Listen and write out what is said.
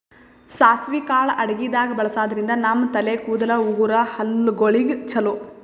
ಸಾಸ್ವಿ ಕಾಳ್ ಅಡಗಿದಾಗ್ ಬಳಸಾದ್ರಿನ್ದ ನಮ್ ತಲೆ ಕೂದಲ, ಉಗುರ್, ಹಲ್ಲಗಳಿಗ್ ಛಲೋ